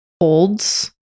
holds